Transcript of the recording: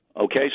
okay